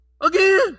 Again